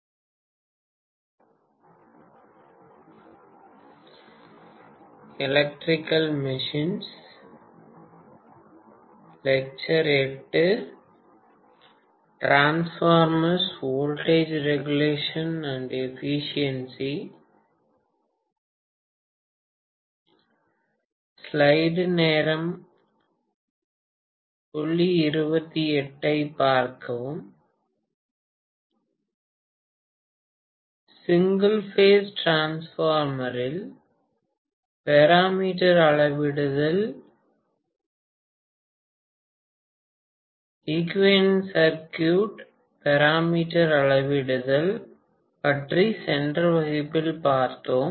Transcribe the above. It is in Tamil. சிங்கள் அஃபேஸ் டிரான்ஸ்பார்மர் இல் பேராமீட்டர் அளவிடுதல் ஈக்குவியலேன்ட் சற்குய்ட் பேராமீட்டர் அளவிடுதல் பற்றி சென்ற வகுப்பில் பார்த்தோம்